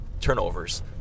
turnovers